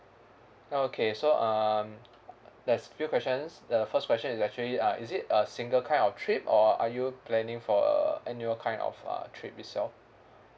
okay so um there's few questions the first question is actually uh is it a single kind of trip or are you planning for uh annual kind of uh trip itself